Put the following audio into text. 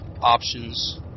options